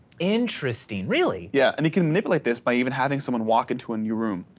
interesting. really? yeah, and you can manipulate this by even having someone walk into a new room,